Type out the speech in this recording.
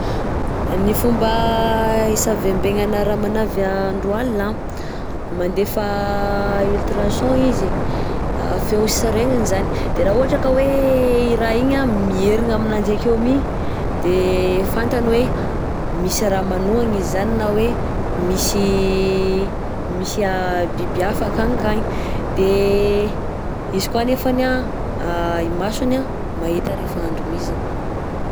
Ny fomba hisavembegnana ramanavy andro alina anh, mandefa ultrason izy, feo sy regniny izany. _x000D_ De raha ohatra ka hoe i raha igny anh mierigna aminanjy akeo mi de fatany hoe misy raha manohagna izy zany na hoe misy misy biby hafa akanikagny, de izy koa anefany anh i masony anh mahita rehefa andro mizina.